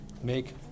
make